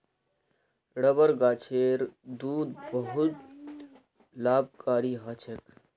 rubber गाछेर दूध बहुत लाभकारी ह छेक